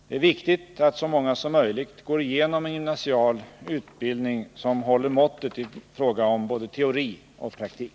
— Det är viktigt att så många som möjligt går igenom en gymnasial utbildning som håller måttet i fråga om både teori och praktik.